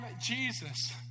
Jesus